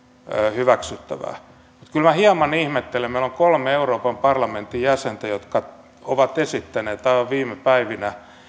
hyväksyttävää kyllä hieman ihmettelen meillä on kolme euroopan parlamentin jäsentä jotka ovat esittäneet aivan viime päivinä